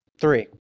Three